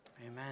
Amen